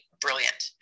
brilliant